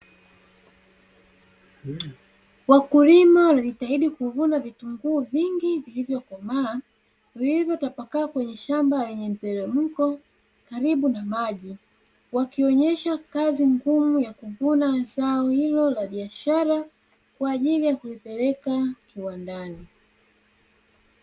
Wakulima wanajitahidi kuvuna vitunguu vingi vilivyokomaa; vilivyotapakaa kwenye shamba lenye mteremko karibu na maji. Wakionyesha kazi ngumu ya kuvuna zao hilo la biashara, kwa ajili ya kulipeleka kiwandani.